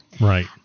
Right